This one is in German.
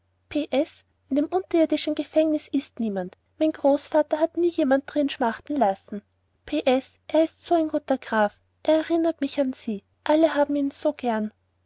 in dem unterihrtischen gehfengnis ist niemand mein großvater hat nie jemand darin schmagten lassen p s er ist so ein guter graf er erinnert mich an sie alle haben in so gern